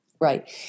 Right